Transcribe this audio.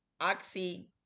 Oxy